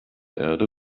erde